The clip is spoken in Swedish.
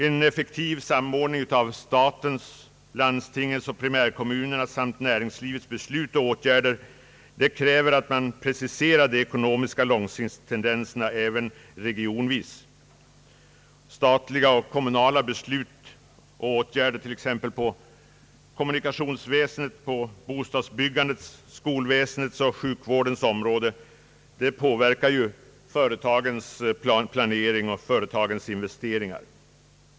En effektiv samordning av statens, landstingens och primärkommunernas samt näringslivets beslut och åtgärder kräver en precisering av de ekonomiska tendenserna på lång sikt även regionvis. Statliga och kommunala beslut och åtgärder på t.ex. kommunikationernas, bostadsbyggandets, skolväsendets och sjukvårdens områden påverkar ju företagens planering och investeringar.